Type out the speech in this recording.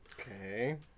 Okay